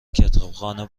کتابخانه